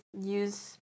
use